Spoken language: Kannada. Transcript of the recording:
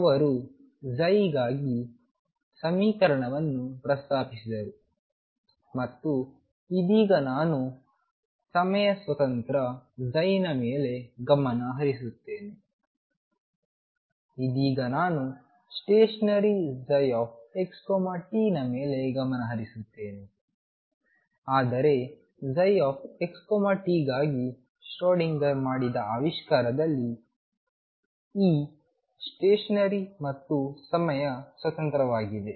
ಅವರು ಗಾಗಿ ಸಮೀಕರಣವನ್ನು ಪ್ರಸ್ತಾಪಿಸಿದರು ಮತ್ತು ಇದೀಗ ನಾನು ಸಮಯ ಸ್ವತಂತ್ರ ನ ಮೇಲೆ ಗಮನ ಹರಿಸುತ್ತೇನೆ ಇದೀಗ ನಾನು ಸ್ಟೇಷನರಿψxt ನ ಮೇಲೆ ಗಮನ ಹರಿಸುತ್ತೇನೆ ಆದರೆ ψxt ಗಾಗಿ ಶ್ರೋಡಿಂಗರ್ ಮಾಡಿದ ಆವಿಷ್ಕಾರದಲ್ಲಿ e ಸ್ಟೇಷನರಿ ಮತ್ತು ಸಮಯ ಸ್ವತಂತ್ರವಾಗಿದೆ